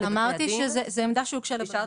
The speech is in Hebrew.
אמרתי שזו עמדה שהוגשה לבג"צ.